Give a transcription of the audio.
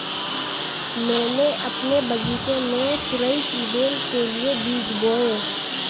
मैंने अपने बगीचे में तुरई की बेल के लिए बीज बोए